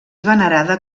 venerada